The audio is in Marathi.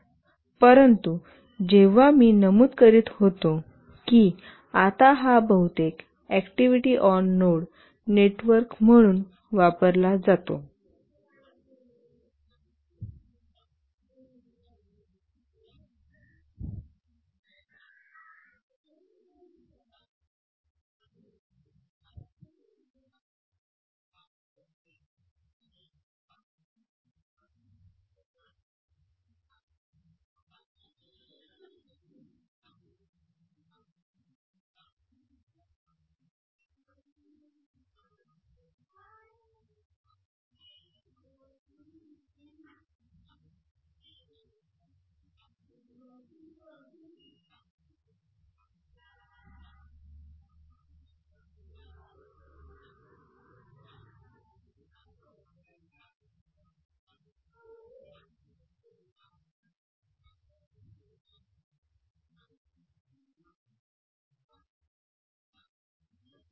परंतु जेव्हा मी नमूद करीत होतो की आता हा बहुतेक ऍक्टिव्हिटी ऑन नोड नेटवर्क म्हणून वापरला जातो